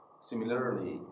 similarly